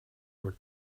your